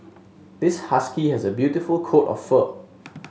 this husky has a beautiful coat of fur